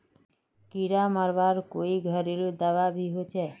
कीड़ा मरवार कोई घरेलू दाबा भी होचए?